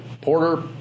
Porter